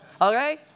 okay